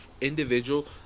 individual